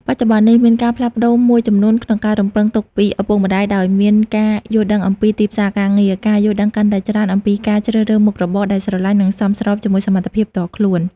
បច្ចុប្បន្ននេះ មានការផ្លាស់ប្តូរមួយចំនួនក្នុងការរំពឹងទុកពីឪពុកម្ដាយដោយមានការយល់ដឹងអំពីទីផ្សារការងារ ការយល់ដឹងកាន់តែច្រើនអំពីការជ្រើសរើសមុខរបរដែលស្រលាញ់ និងសមស្របជាមួយសមត្ថភាពផ្ទាល់ខ្លួន។